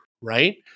right